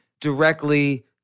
directly